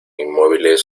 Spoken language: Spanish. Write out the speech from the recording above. inmóviles